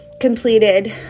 completed